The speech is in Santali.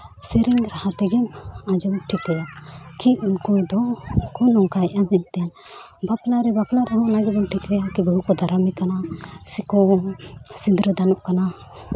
ᱥᱮᱨᱮᱧ ᱨᱟᱦᱟ ᱛᱮᱜᱮᱢ ᱟᱸᱡᱚᱢ ᱴᱷᱤᱠᱟᱹᱭᱟ ᱠᱤ ᱩᱱᱠᱩ ᱫᱚᱠᱚ ᱱᱚᱝᱠᱟᱭᱮᱫᱼᱟ ᱢᱮᱱᱛᱮ ᱵᱟᱯᱞᱟ ᱨᱮ ᱵᱟᱯᱞᱟ ᱨᱮᱦᱚᱸ ᱚᱱᱟ ᱜᱮᱵᱚᱱ ᱴᱷᱤᱠᱟᱹᱭᱟ ᱵᱟᱹᱦᱩ ᱠᱚ ᱫᱟᱨᱟᱢᱮ ᱠᱟᱱᱟ ᱥᱮᱠᱚ ᱥᱤᱸᱫᱽᱨᱟᱹ ᱫᱟᱱᱚᱜ ᱠᱟᱱᱟ